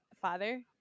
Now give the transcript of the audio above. Father